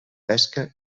pesca